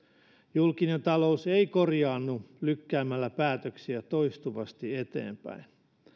julkinen talous ei korjaannu lykkäämällä päätöksiä toistuvasti eteenpäin